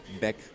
back